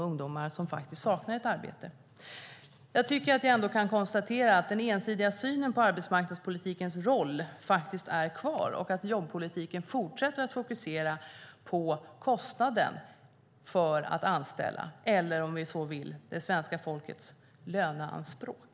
Ungdomar som saknade arbete träffades inte alls. Vi kan ändå konstatera att den ensidiga synen på arbetsmarknadspolitikens roll är kvar och att jobbpolitiken fortsätter att fokusera på kostnaden för att anställa eller - om vi så vill - på svenska folkets löneanspråk.